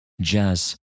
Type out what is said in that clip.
jazz